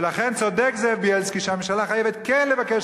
ולכן צודק זאב בילסקי שהממשלה חייבת כן לבקש